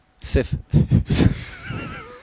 Sif